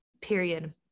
Period